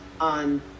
on